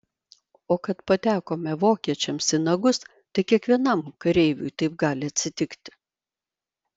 o kad patekome vokiečiams į nagus tai kiekvienam kareiviui taip gali atsitikti